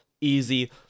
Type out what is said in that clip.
easy